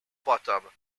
bottom